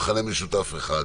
מכנה משותף אחד,